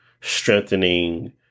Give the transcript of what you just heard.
strengthening